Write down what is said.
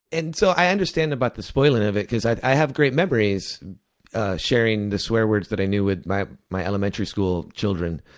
and so i understand about the spoiling of it because i have great memories sharing the swear words that i knew with my my elementary school children.